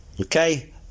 okay